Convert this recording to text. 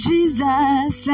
Jesus